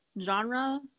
genre